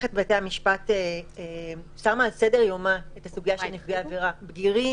מערכת בתי המשפט שמה על סדר יומה את הסוגיה של נפגעי עבירה בגירים,